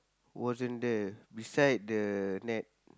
wasn't there beside the net